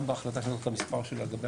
גם בהחלטה שאני לא זוכר את המספר שלה לגבי